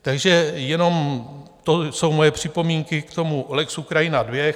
Takže jenom to jsou moje připomínky k tomu lex Ukrajina II.